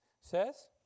says